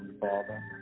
Father